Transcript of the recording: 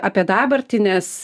apie dabartį nes